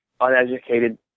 uneducated